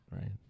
Right